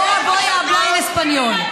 (אומרת דברים בלדינו.)